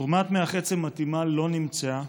תרומת מוח עצם מתאימה לא נמצאה,